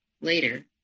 later